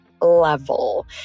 level